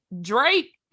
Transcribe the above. Drake